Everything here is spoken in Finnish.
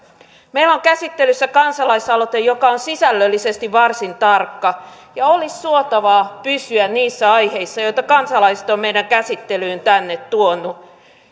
meillä on käsittelyssä kansalaisaloite joka on sisällöllisesti varsin tarkka ja olisi suotavaa pysyä niissä aiheissa joita kansalaiset ovat meidän käsittelyyn tänne tuoneet ja